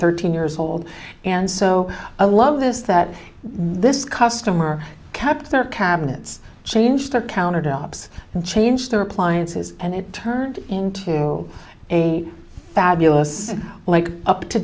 thirteen years old and so i love this that this customer kept their cabinets change their counter develops and changed their appliances and it turned into a fabulous like up to